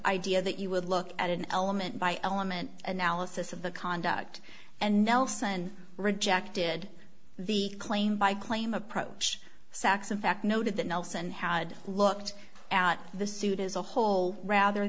idea that you would look at an element by element analysis of the conduct and nelson rejected the claim by claim approach sacks in fact noted that nelson had looked out the suit as a whole rather